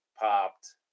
popped